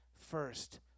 first